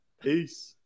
Peace